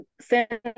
send